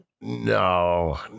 no